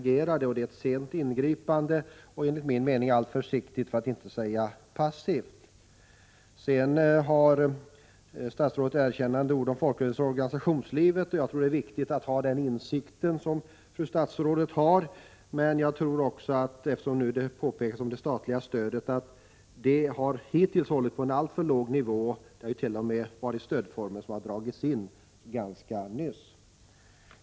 Det var alltså ett sent ingripande, och enligt min mening var det alltför försiktigt, för att inte säga passivt. Statsrådet ger i svaret även ett erkännande till folkrörelserna och organisationslivet. Jag tror att det är viktigt att ha den insikt som fru statsrådet har, men eftersom statsrådet gör påpekanden om det statliga stödet måste jag säga att det hittills har varit alltför litet — en del stödformer har t.o.m. dragits in ganska nyligen.